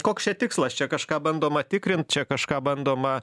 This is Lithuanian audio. koks čia tikslas čia kažką bandoma tikrint čia kažką bandoma